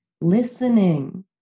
listening